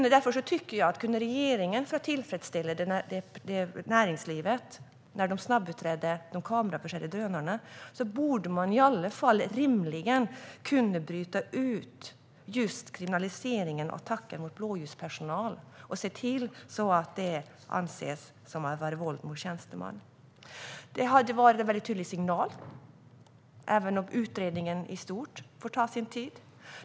Eftersom regeringen, för att tillfredsställa näringslivet, snabbutredde frågan om kameraförsedda drönare borde man i alla fall rimligen kunna bryta ut just frågan om kriminalisering av attacker mot blåsljuspersonal och se till att det anses vara våld mot tjänsteman. Det hade varit en mycket tydlig signal, även om utredningen i stort får ta sin tid.